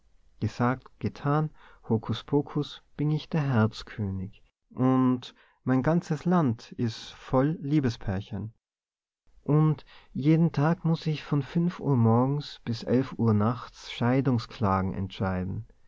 gesagt getan hokuspokus bin ich der herzkönig und mein ganzes land is voll liebespärchen und jeden tag muß ich von fünf uhr morgens bis elf uhr nachts scheidungsklagen entscheiden